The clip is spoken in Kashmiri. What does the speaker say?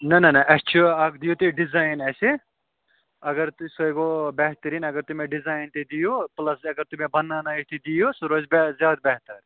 نہَ نہَ نہَ اَسہِ چھُ اَکھ دِیُو تُہۍ ڈِزایِن اَسہِ اگر تُہۍ سُہ گوٚو بہتریٖن اگر تُہۍ مےٚ ڈِزایِن تہِ دِیو پُلَس اگر تُہۍ مےٚ بَناوٕنٲوِتھ تہِ دِیو سُہ روزِ بے زیادٕ بہتر